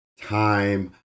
time